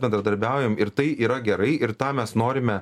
bendradarbiaujam ir tai yra gerai ir tą mes norime